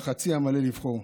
בחצי המלא לבחור,